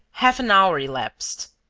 half an hour elapsed.